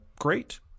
great